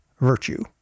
virtue